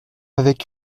avec